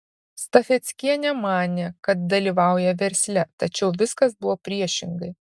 stafeckienė manė kad dalyvauja versle tačiau viskas buvo priešingai